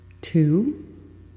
two